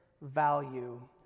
value